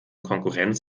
konkurrenz